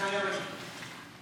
מתחייב אני